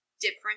different